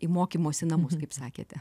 į mokymosi namus kaip sakėte